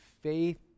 faith